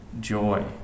joy